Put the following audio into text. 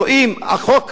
רואים, החוק רע,